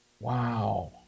Wow